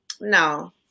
No